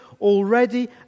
already